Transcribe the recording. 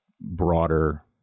broader